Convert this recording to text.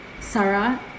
Sarah